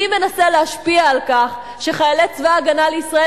מי מנסה להשפיע על כך שחיילי צבא-הגנה לישראל,